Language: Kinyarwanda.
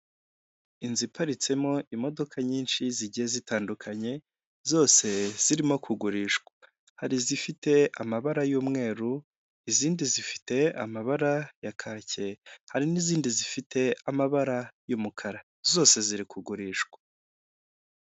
Inzu iparitsemo imodoka nyinshi zigiye zitandukanye, zose zirimo kugurishwa, hari izifite amabara y'umweru, izindi zifite amabara ya kake, hari n'izindi zifite amabara y'umukara zose ziri kugurishwa.